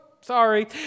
sorry